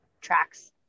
tracks